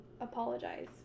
apologize